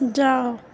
जाओ